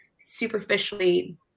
superficially